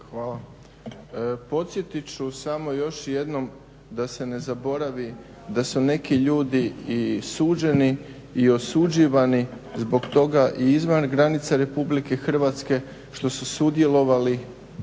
Hvala. Podsjetit ću samo još jednom da se ne zaboravi da su neki ljudi i suđen i osuđivani zbog toga i izvan granica RH što su sudjelovali